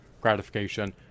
gratification